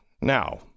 now